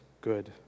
good